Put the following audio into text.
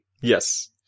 Yes